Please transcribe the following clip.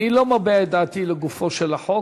אני לא מביע את דעתי לגופו של החוק,